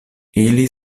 ili